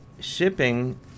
Shipping